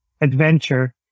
adventure